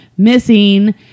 Missing